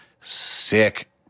sick